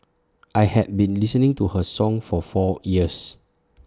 I have been listening to her song for four years